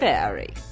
Berry